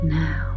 now